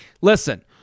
Listen